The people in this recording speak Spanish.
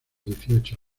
dieciocho